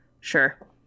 sure